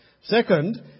Second